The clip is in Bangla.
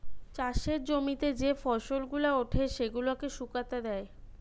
চাষের জমিতে যে ফসল গুলা উঠে সেগুলাকে শুকাতে দেয়